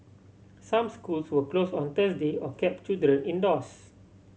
some schools were close on Thursday or kept children indoors